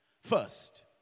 First